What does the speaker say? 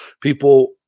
people